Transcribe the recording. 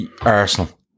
Arsenal